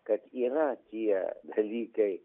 kad yra tie dalykai